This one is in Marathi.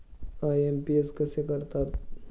आय.एम.पी.एस कसे करतात?